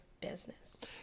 Business